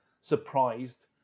surprised